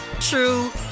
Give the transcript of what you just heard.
true